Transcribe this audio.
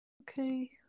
Okay